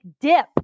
dip